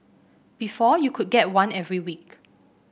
before you could get one every week